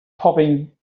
popping